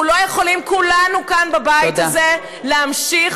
אנחנו לא יכולים, כולנו כאן בבית הזה, להמשיך